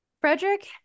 Frederick